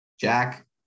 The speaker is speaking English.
Jack